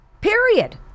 period